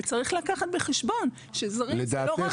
וצריך לקחת בחשבון שזרים זה לא רק --- לדעתך